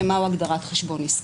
למהו הגדרת חשבון עסקי.